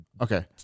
Okay